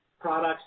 products